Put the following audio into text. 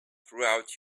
throughout